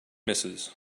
misses